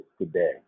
today